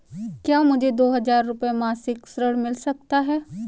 क्या मुझे दो हज़ार रुपये मासिक ऋण मिल सकता है?